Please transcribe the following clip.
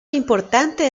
importante